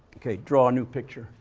okay. draw a new picture.